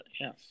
yes